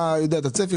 יודע את הצפי,